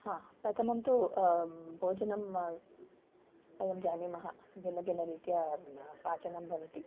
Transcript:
प्रथमं तु भोजनं वयं जानीमः भिन्न भिन्नरीत्या पाचनं भवति